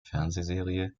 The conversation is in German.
fernsehserie